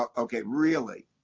ok, really.